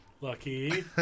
Lucky